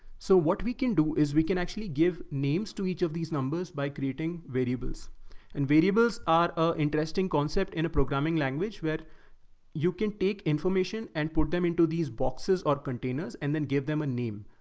so what we can do is we can actually give names to each of these numbers by creating variables and variables are an interesting concept in a programming language where you can take information and put them into these boxes or containers, and then give them a name.